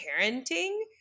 parenting